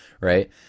right